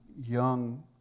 young